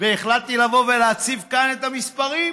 והחלטתי לבוא ולהציף כאן את המספרים.